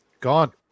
Gone